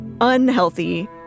unhealthy